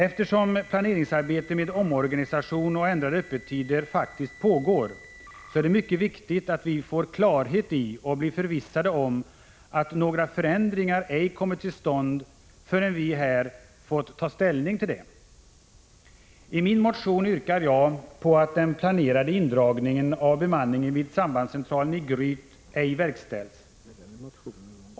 Eftersom planeringsarbete med omorganisation och ändrade öppettider faktiskt pågår, så är det mycket viktigt att vi får klarhet i — och blir förvissade om — att några förändringar ej kommer till stånd förrän vi här i kammaren får ta ställning härtill. I min motion yrkar jag att den planerade indragningen av bemanningen vid sambandscentralen i Gryt ej verkställs.